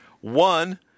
One